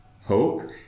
hope